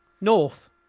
North